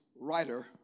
writer